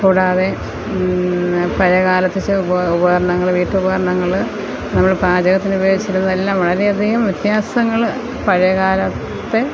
കൂടാതെ പിന്നെ പഴയ കാലത്ത് വെച്ചാൽ ഉപകരണങ്ങൾ വീട്ടുപകരണങ്ങൾ നമ്മൾ പാചകത്തിന് ഉപയോഗിച്ചിരുന്നതെല്ലാം വളരെയധികം വ്യത്യാസങ്ങൾ പഴയകാലത്തെ